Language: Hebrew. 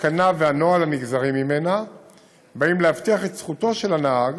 התקנה והנוהל הנגזרים ממנה באים להבטיח את זכותו של הנהג